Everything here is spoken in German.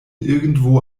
irgendwo